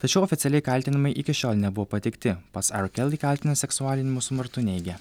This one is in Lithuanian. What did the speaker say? tačiau oficialiai kaltinimai iki šiol nebuvo pateikti pats ar keli kaltinimus seksualiniu smurtu neigia